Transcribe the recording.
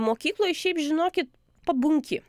mokykloj šiaip žinokit pabunki